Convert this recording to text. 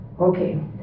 Okay